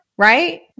Right